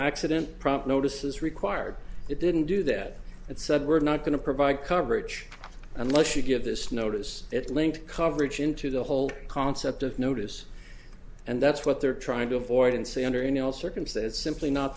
accident prompt notices required it didn't do that it said we're not going to provide coverage unless you give this notice at length coverage into the whole concept of notice and that's what they're trying to avoid and say under any circumstance simply not